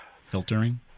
Filtering